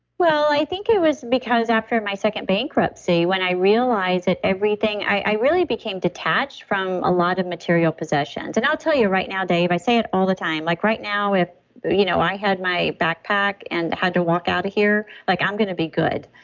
well, i think it was because after my second bankruptcy, when i realized that everything. i really became detached from a lot of material possessions. and i'll tell you right now, dave, i say it all the time like right now, if you know i had my backpack and had to walk out of here, like i'm going to be good.